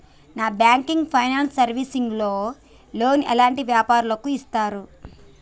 Non banking finance service లో loan ఎలాంటి వ్యాపారులకు ఇస్తరు?